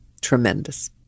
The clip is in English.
Tremendous